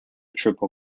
triple